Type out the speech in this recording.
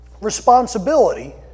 responsibility